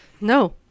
No